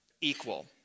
equal